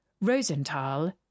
Rosenthal